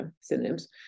synonyms